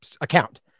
account